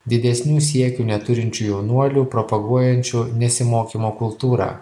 didesnių siekių neturinčių jaunuolių propaguojančių nesimokymo kultūrą